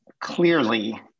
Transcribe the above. clearly